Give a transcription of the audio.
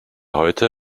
heute